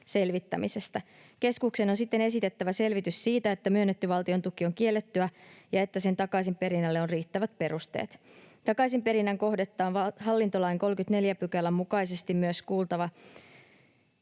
Keskuksen on siten esitettävä selvitys siitä, että myönnetty valtiontuki on kiellettyä ja että sen takaisinperinnälle on riittävät perusteet. Takaisinperinnän kohdetta on hallintolain 34 §:n mukaisesti myös kuultava